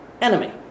enemy